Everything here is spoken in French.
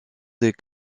des